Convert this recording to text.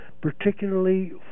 particularly